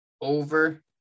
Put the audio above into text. over